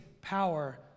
power